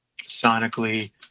sonically